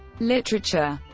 literature